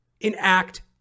enact